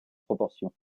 proportion